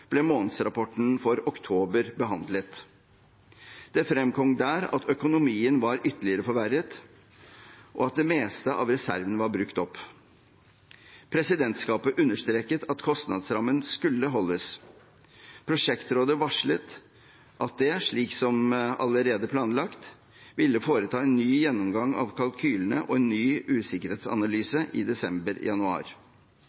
ble månedsrapporten for oktober behandlet. Det fremkom der at økonomien var ytterligere forverret, og at det meste av reservene var brukt opp. Presidentskapet understreket at kostnadsrammen skulle holdes. Prosjektrådet varslet at det – slik som allerede planlagt – ville foreta en ny gjennomgang av kalkylene og en ny